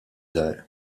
żgħar